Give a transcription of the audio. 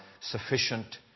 sufficient